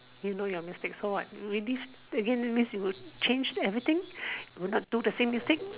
you know your mistakes so what relive again means you will change everything you will not do the same mistake